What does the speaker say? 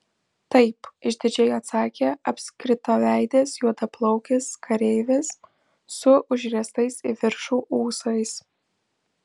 taip išdidžiai atsakė apskritaveidis juodaplaukis kareivis su užriestais į viršų ūsais